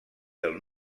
del